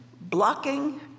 blocking